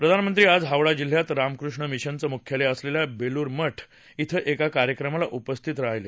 प्रधानमंत्री आज हावडा जिल्ह्यात रामकृष्ण मिशनचं मुख्यालय असलेल्या बेलूर मठ एका कार्यक्रमाला उपस्थित राहिले